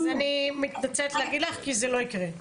אז אני מתנצלת להגיד לך, כי זה לא יקרה.